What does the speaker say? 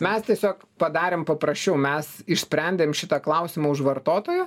mes tiesiog padarėm paprasčiau mes išsprendėm šitą klausimą už vartotoją